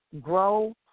grow